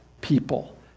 people